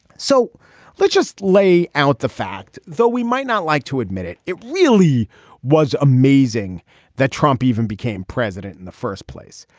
so let's just lay out the fact that we might not like to admit it. it really was amazing that trump even became president in the first place.